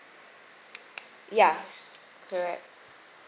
ya correct